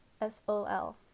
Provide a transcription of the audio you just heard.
s-o-l